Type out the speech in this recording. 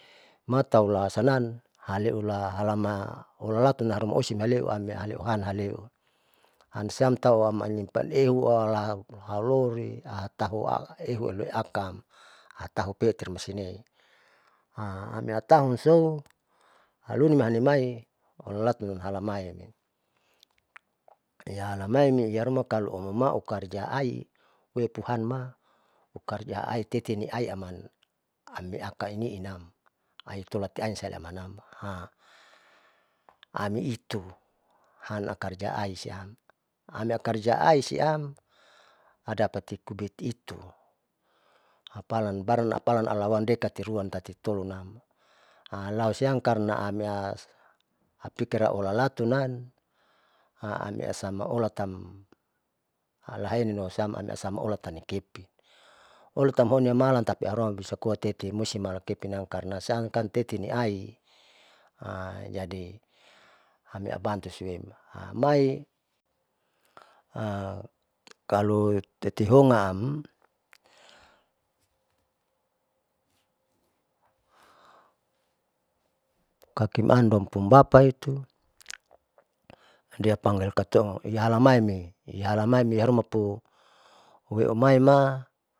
Mataula sanan haleua halama ulalatun haruma osimaleu han aleu amsian tamanimpan eua laharoli ataua heua leakam taupetirusine amiataunso halunia alimai lalatun halamai lealamai iharuma kalo lohumau karja aiuepuhan maukarja aiteteniai aman amiaka iniinam ain tolatian siam alanam, amiitu anlakarja aisiam amiakarja aisiam adapati kubik itu hapalan baran apalan lawan dekatiruan tati tolunam alausiam karna amia pikirlaula latunam asima samaolamatam alahenilosiam samaolatanikepin olataonia malan tati aharuma bisakoa tet, musti malakepinam karna siam kan teteniai jadi ami abantusiuem mai kalo tethongaam kakiman dong pung bapa itu dia pangil katong iahalamaii iharuma po weumaima.